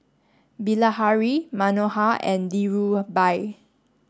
Bilahari Manohar and Dhirubhai